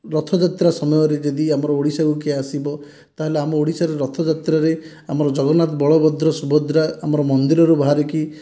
ରଥଯାତ୍ରା ସମୟରେ ଯଦି ଆମର ଓଡ଼ିଶାକୁ କିଏ ଆସିବ ତାହେଲେ ଆମ ଓଡ଼ିଶାରେ ରଥଯାତ୍ରାରେ ଆମର ଜଗନ୍ନାଥ ବଳଭଦ୍ର ସୁଭଦ୍ରା ଆମର ମନ୍ଦିରରୁ ବାହରିକି